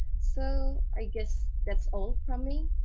so i guess that's all from me.